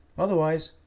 otherwise,